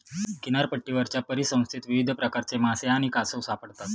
किनारपट्टीवरच्या परिसंस्थेत विविध प्रकारचे मासे आणि कासव सापडतात